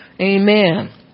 Amen